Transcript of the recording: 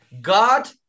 God